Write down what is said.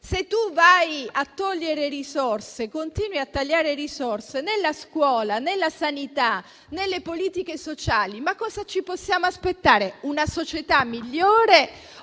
nel nostro Paese. Se si continuano a tagliare risorse nella scuola, nella sanità e nelle politiche sociali, cosa ci possiamo aspettare? Una società migliore,